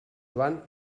joan